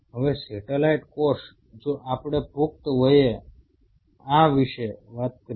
હવે સેટેલાઈટ કોષ જો આપણે પુખ્ત વયે આ વિશે વાત કરીએ